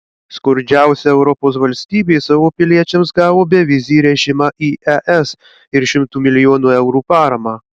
skurdžiausia europos valstybė savo piliečiams gavo bevizį režimą į es ir šimtų milijonų eurų paramą